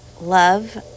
love